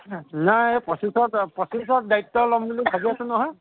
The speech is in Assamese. নাই এই পঁচিছত পঁচিছত দায়িত্ব ল'ম বুলি ভাবি আছো নহয়